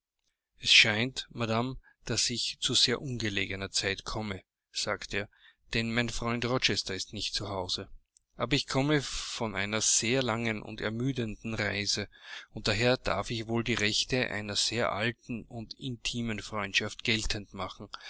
es scheint madame daß ich zu sehr ungelegener zeit komme sagte er denn mein freund rochester ist nicht zu hause aber ich komme von einer sehr langen und ermüdenden reise und daher darf ich wohl die rechte einer sehr alten und intimen freundschaft geltend machen